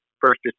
first